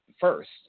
first